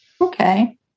okay